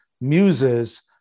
muses